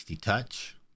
touch